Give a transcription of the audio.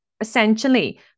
essentially